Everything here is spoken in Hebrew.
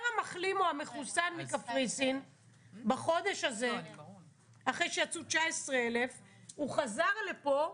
המחלים או המחוסן מקפריסין בחודש הזה אחרי שיצאו 19,000. הוא חזר לפה,